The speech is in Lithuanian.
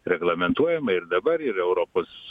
reglamentuojama ir dabar ir europos